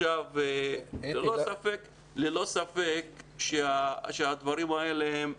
אין ספק שהדברים האלה הם קרו.